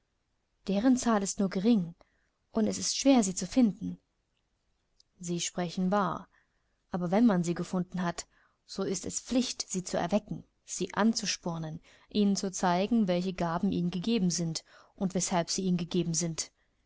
deren zahl ist nur gering und es ist schwer sie zu finden sie sprechen wahr aber wenn man sie gefunden hat so ist es pflicht sie zu erwecken sie anzuspornen ihnen zu zeigen welche gaben ihnen gegeben sind und weshalb sie ihnen gegeben sind